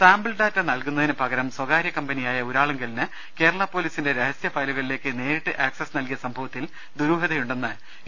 sample data നൽകുന്നതിന് പകരം സ്വകാര്യ കമ്പനിയായ ഊരാ ളുങ്കലിന് കേരള പോലീസിന്റെ രഹസ്യ ഫയലുകളിലേക്ക് നേരിട്ട് ആക്സസ് നൽകിയ സംഭവത്തിൽ ദുരൂഹതയുണ്ടെന്ന് യു